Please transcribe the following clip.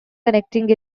connecting